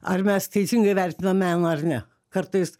ar mes teisingai vertinam meną ar ne kartais